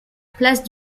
place